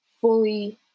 fully